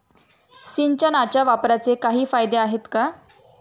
सिंचनाच्या वापराचे काही फायदे आहेत का?